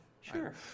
Sure